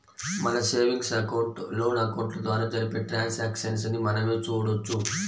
మన savings account, loan అకౌంట్ల ద్వారా జరిపే ట్రాన్సాక్షన్స్ ని మనమే చూడొచ్చు